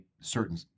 certain